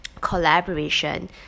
collaboration